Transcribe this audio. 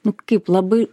nu kaip labai